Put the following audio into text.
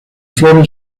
flores